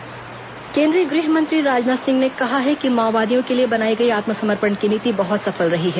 राजनाथ माओवादी केंद्रीय गृहमंत्री राजनाथ सिंह ने कहा है कि माआवोदियों के लिए बनाई गई आत्मसमर्पण की नीति बहुत सफल रही है